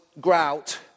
grout